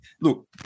Look